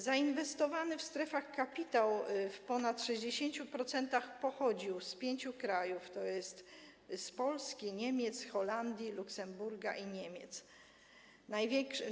Zainwestowany w strefach kapitał w ponad 60% procentach pochodził z pięciu krajów, tj. z Polski, Niemiec, Holandii, Luksemburga i USA.